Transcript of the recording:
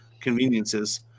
conveniences